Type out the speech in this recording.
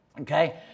okay